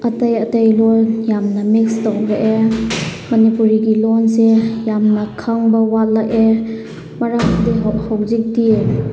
ꯑꯇꯩ ꯑꯇꯩ ꯂꯣꯟ ꯌꯥꯝꯅ ꯃꯤꯛꯁ ꯇꯧꯔꯛꯑꯦ ꯃꯅꯤꯄꯨꯔꯤꯒꯤ ꯂꯣꯟꯁꯦ ꯌꯥꯝꯅ ꯈꯪꯕ ꯋꯥꯠꯂꯛꯑꯦ ꯃꯔꯝꯗꯤ ꯍꯧꯖꯤꯛꯇꯤ